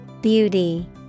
Beauty